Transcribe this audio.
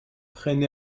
prenne